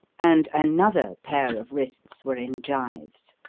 and another pair of wrists were in gyves.